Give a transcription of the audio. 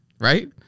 right